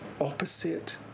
opposite